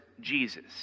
Jesus